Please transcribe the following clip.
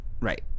Right